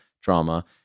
drama